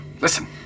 listen